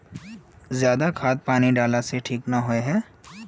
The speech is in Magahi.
ज्यादा खाद पानी डाला से ठीक ना होए है?